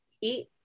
eat